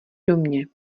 domě